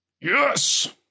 Yes